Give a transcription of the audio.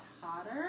hotter